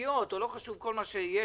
חוקתיות או כל מה שיש,